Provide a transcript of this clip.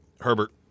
Herbert